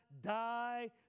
die